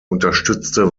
unterstützte